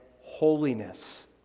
holiness